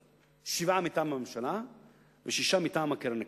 שבעה מטעם הממשלה ושישה מטעם הקרן הקיימת.